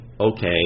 Okay